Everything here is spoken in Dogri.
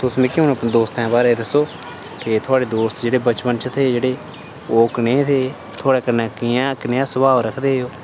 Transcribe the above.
तुस मिगी हू'न अपने दोस्तें दे बारै च दस्सो कि थुआढ़े दोस्त जेह्ड़े बचपन च थे जेह्ड़े ओह् कनेह् थे थोह्ड़े कन्नै कि'यां कनेहा स्भाऽ रखदे हे ओह्